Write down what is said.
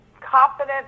confident